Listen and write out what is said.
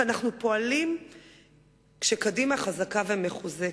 ואנחנו פועלים כשקדימה חזקה ומחוזקת.